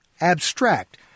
abstract